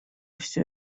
все